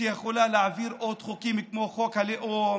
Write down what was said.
שיכולה להעביר עוד חוקים כמו חוק הלאום?